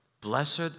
Blessed